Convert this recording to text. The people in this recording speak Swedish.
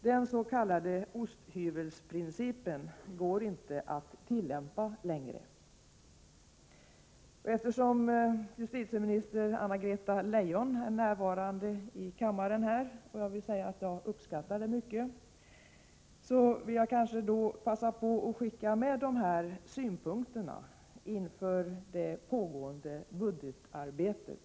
Den s.k. osthyvelsprincipen går inte att tillämpa längre. Justitieminister Anna-Greta Leijon är närvarande i kammaren, vilket jag uppskattar mycket. Jag vill därför passa på att skicka med dessa synpunkter inför det pågående budgetarbetet.